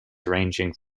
ranging